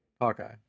Hawkeye